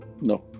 No